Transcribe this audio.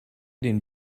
den